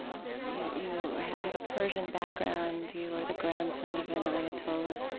you you have a persian background. you are the grandson of an ayatollah.